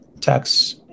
tax